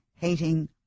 hating